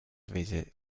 visit